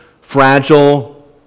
fragile